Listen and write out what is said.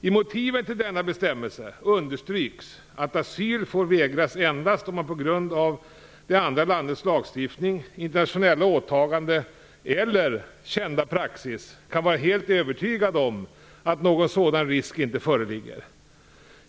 I motiven till denna bestämmelse understryks att asyl får vägras endast om man på grund av det andra landets lagstiftning, internationella åtagande eller kända praxis kan vara helt övertygad om att någon sådan risk inte föreligger.